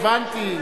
הבנתי.